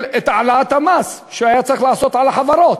את העלאת המס שהוא היה צריך לעשות לחברות.